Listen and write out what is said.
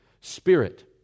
Spirit